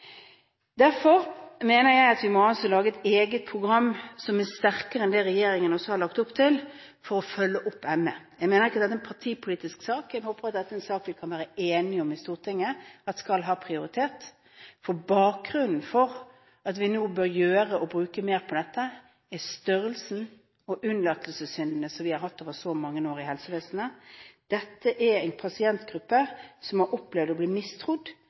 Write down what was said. Derfor mener jeg at vi må lage et eget program som er sterkere enn det regjeringen har lagt opp til, for å følge opp ME. Jeg mener ikke at det er en partipolitisk sak. Jeg håper at dette er en sak vi kan være enige om i Stortinget at skal ha prioritet. Bakgrunnen for at vi nå bør gjøre noe og bruke mer på dette, er størrelsen og unnlatelsessyndene over så mange år i helsevesenet. Dette er en pasientgruppe som har opplevd å bli mistrodd,